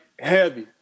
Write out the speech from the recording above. heavy